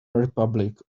republic